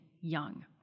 young